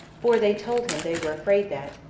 for they told him they were afraid that,